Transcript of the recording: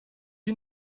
you